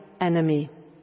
enemy